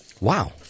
Wow